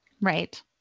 right